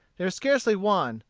there is scarcely one,